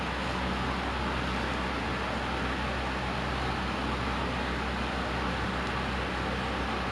because itu hari kan me and my sister we went to Tiffany & Co dekat jurong east